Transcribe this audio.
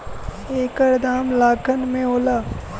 एकर दाम लाखन में होला